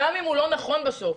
גם אם הוא לא נכון בסוף,